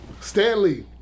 Stanley